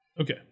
Okay